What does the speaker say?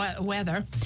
weather